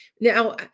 now